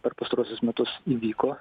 per pastaruosius metus įvyko